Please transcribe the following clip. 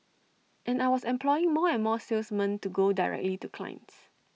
and I was employing more and more salesmen to go directly to clients